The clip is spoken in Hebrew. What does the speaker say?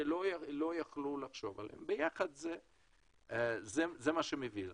שלא יכלו לחשוב עליהם וביחד זה מה שמביא לזה.